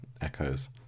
echoes